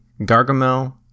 Gargamel